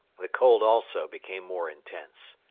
the cold also became more intense.